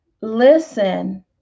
listen